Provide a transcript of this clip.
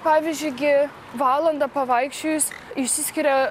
pavyzdžiui gi valandą pavaikščiojus išsiskiria